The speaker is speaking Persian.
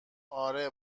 آره